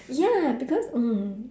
ya because mm